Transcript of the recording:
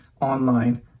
Online